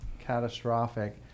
catastrophic